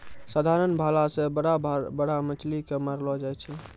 साधारण भाला से बड़ा बड़ा मछली के मारलो जाय छै